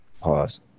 Pause